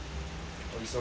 oh it's okay